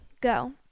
go